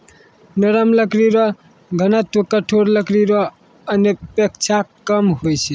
नरम लकड़ी रो घनत्व कठोर लकड़ी रो अपेक्षा कम होय छै